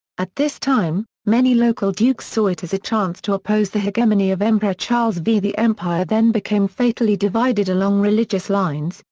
at this time, many local dukes saw it as a chance to oppose the hegemony of emperor charles v. the empire then became fatally divided along religious lines,